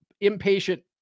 impatient